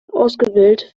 ausgewählt